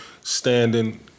standing